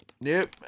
Nope